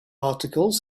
articles